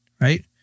right